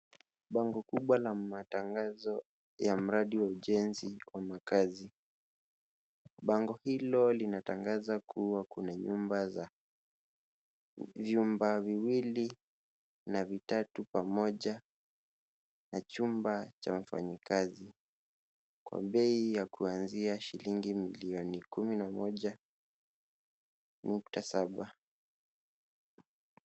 Bango kubwa la matangazo ya ujenzi wa makazi. Bango hilo linatangaza kuwa kuna vyumba viwili na vitatu pamoja na chumba cha mfanyikazi kwa bei ya kuanzia shilingi milioni kumi na moja nukta saba.